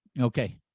Okay